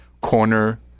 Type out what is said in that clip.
corner